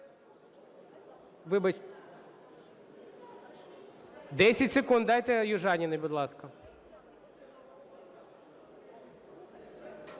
Дякую.